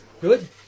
Good